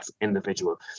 Individual